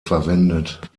verwendet